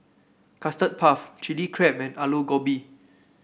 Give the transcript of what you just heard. Custard Puff Chilli Crab and Aloo Gobi